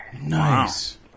Nice